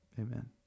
Amen